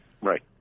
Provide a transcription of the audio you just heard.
Right